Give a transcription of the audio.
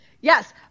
Yes